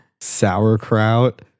Sauerkraut